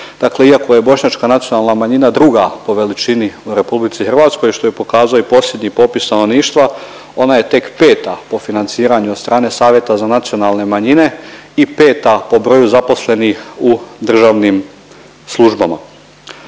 dakle iako je bošnjačka nacionalna manjina druga po veličini u RH, što je pokazao i posljednji popis stanovništva, ona je tek peta po financiranju od strane Savjeta za nacionalne manjine i peta po broju zaposlenih u državnim službama.